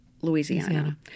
Louisiana